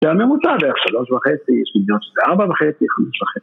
זה הממוצע בערך שלוש וחצי, שניות וארבע וחצי, חמש וחצי.